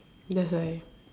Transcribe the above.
that's why